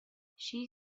she